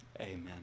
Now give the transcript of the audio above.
amen